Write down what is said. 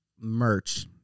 merch